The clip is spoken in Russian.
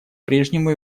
прежнему